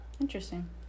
Interesting